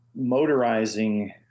motorizing